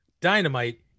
dynamite